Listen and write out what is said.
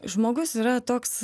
žmogus yra toks